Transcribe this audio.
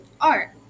art